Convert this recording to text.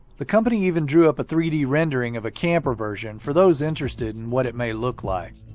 the company even drew up a three d rendering of a camper version for those interested in what it may look like.